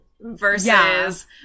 versus